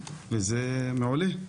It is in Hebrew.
זה מעולה...